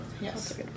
Yes